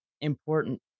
important